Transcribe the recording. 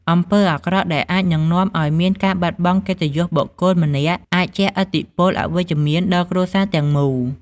អំពើអាក្រក់ដែលអាចនិងនាំឲ្យមានការបាត់បង់កិត្តិយសបុគ្គលម្នាក់អាចជះឥទ្ធិពលអវិជ្ជមានដល់គ្រួសារទាំងមូល។